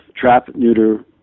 trap-neuter